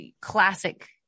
classic